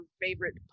favorite